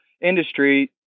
industry